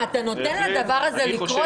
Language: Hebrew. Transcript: אתה נותן לדבר הזה לקרות.